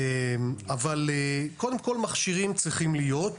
אבל קודם כל מכשירים צריכים להיות.